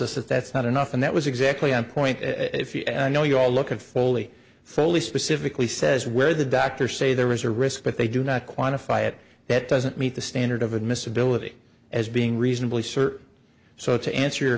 us that that's not enough and that was exactly on point if you know you all look at foley foley specifically says where the doctors say there is a risk but they do not quantify it that doesn't meet the standard of admissibility as being reasonably certain so to answer your